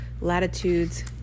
latitudes